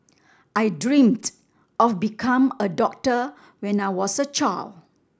I dreamt of become a doctor when I was a child